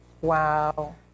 Wow